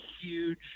huge